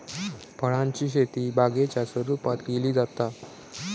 फळांची शेती बागेच्या स्वरुपात केली जाता